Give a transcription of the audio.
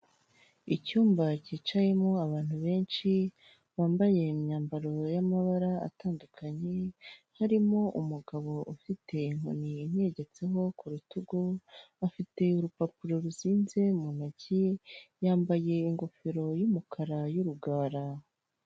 Icyumba cyicayemo abantu benshi bambaye imyambaro y'amabara atandukanye, harimo umugabo ufite inkoni yegetseho ku rutugu, afite urupapuro ruzinze mu ntoki, yambaye ingofero y'umukara y'urugara.